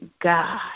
God